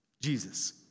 Jesus